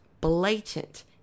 blatant